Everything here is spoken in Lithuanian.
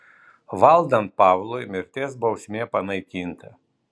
valdant pavlui mirties bausmė panaikinta